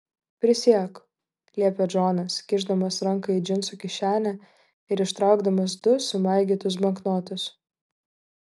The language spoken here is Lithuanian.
prisiek liepė džonas kišdamas ranką į džinsų kišenę ir ištraukdamas du sumaigytus banknotus